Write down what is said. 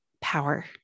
power